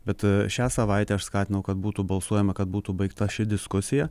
bet šią savaitę aš skatinau kad būtų balsuojama kad būtų baigta ši diskusija